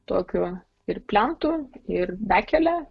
tokio ir plentu ir bekele